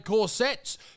corsets